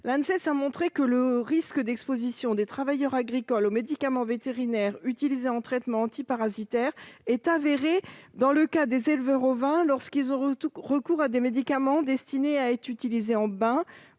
Elles montrent que le risque d'exposition des travailleurs agricoles aux médicaments vétérinaires utilisés en traitement antiparasitaire est avéré dans le cas des éleveurs ovins, lorsqu'ils ont recours à des médicaments destinés à être utilisés en bain,